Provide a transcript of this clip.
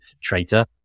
Traitor